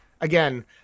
again